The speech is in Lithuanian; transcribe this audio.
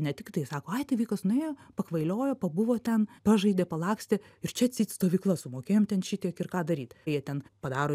ne tiktai sako ai tai vaikas nuėjo pakvailiojo pabuvo ten pažaidė palakstė ir čia atseit stovykla sumokėjom ten šitiek ir ką daryt jie ten padaro